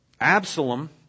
Absalom